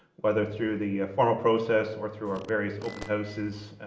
whether through the formal process, or through our various open houses,